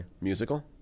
Musical